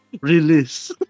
release